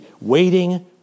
waiting